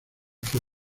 fue